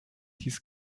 his